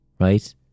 Right